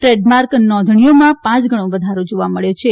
trademark નોંધણીઓમાં પાંચ ગણો વધારો જોવા મળ્યો છે